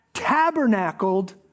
tabernacled